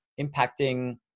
impacting